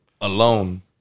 alone